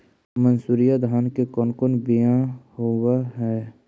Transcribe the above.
मनसूरी धान के कौन कौन बियाह होव हैं?